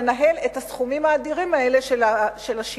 לנהל את הסכומים האדירים האלה של השיניים.